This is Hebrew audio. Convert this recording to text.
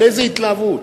באיזה התלהבות.